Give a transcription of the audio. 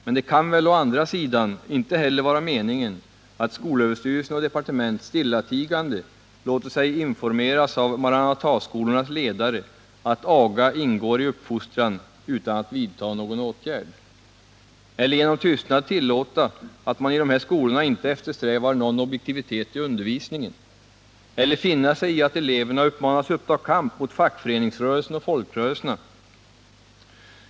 Men det kan väl å andra sidan inte heller vara meningen att skolöverstyrelsen och departementet stillatigande skall låta sig informeras av Maranataskolornas ledare att aga ingår i uppfostran utan att vidta någon åtgärd? Eller genom tystnad tillåta att man i de här skolorna inte eftersträvar någon objektivitet i undervisningen? Eller finna sig i att eleverna uppmanas uppta kamp mot fackföreningsrörelsen och folkrörelserna?